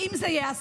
האם זה ייעשה?